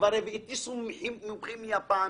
כבר הטיסו מומחים מיפן,